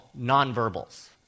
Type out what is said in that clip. nonverbals